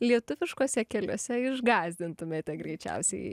lietuviškuose keliuose išgąsdintumėte greičiausiai